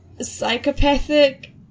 psychopathic